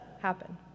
happen